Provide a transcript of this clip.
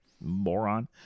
moron